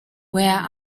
where